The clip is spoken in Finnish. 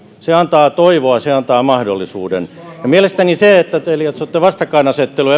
se antaa toivoa se antaa mahdollisuuden ja mielestäni se että te lietsotte vastakkainasettelua